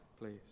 please